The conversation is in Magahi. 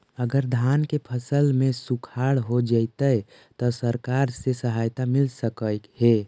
अगर धान के फ़सल में सुखाड़ होजितै त सरकार से सहायता मिल सके हे?